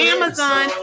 Amazon